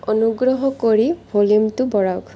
অনুগ্ৰহ কৰি ভলিউমটো বঢ়াওক